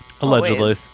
allegedly